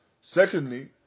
Secondly